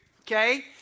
okay